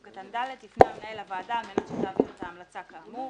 קטן (ד) יפנה המנהל לוועדה על מנת שתעביר את ההמלצה כאמור.